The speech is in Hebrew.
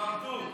ההצבעה שלי.